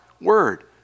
word